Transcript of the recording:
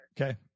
Okay